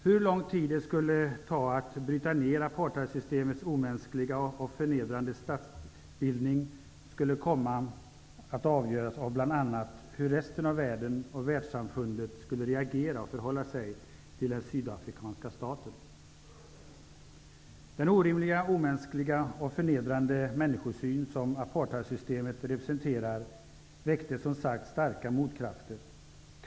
Hur lång tid det skulle ta att bryta ner apartheidsystemets omänskliga och förnedrande statsbildning skulle bl.a. komma att avgöras av hur resten av världen och världssamfundet skulle reagera och förhålla sig till den sydafrikanska staten. Den orimliga, omänskliga och förnedrande människosyn som apartheidsystemet representerar väckte som sagt starka motkrafter.